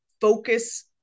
focus